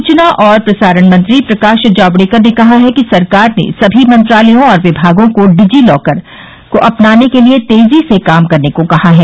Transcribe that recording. सूचना और प्रसारण मंत्री प्रकाश जावड़ेकर ने कहा है कि सरकार ने सभी मंत्रालयों और विभागों को डिजी लॉकर को अपनाने के लिए तेजी से काम करने को कहा है